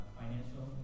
financial